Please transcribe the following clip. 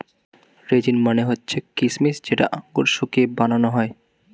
raisin মানে হচ্ছে কিচমিচ যেটা আঙুর শুকিয়ে বানানো হয়